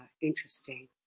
interesting